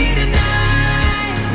tonight